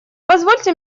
позвольте